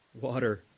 water